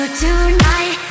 tonight